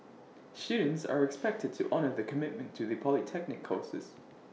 students are expected to honour the commitment to the polytechnic courses